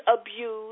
abuse